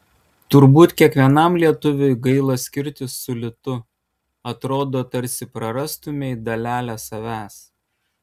turbūt kiekvienam lietuviui gaila skirtis su litu atrodo tarsi prarastumei dalelę savęs